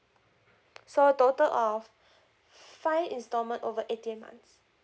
so total of five installment over eighteen months